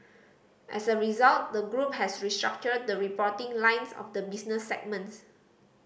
as a result the group has restructured the reporting lines of the business segments